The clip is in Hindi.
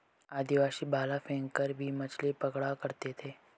आदिवासी भाला फैंक कर भी मछली पकड़ा करते थे